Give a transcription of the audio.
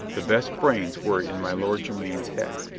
the best brains were in my lord jermyn's head.